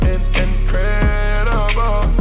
Incredible